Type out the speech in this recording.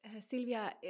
Silvia